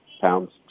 Pounds